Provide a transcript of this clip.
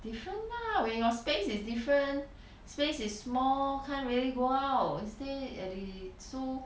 different lah when your space is different space is more can't really go out instead have to be so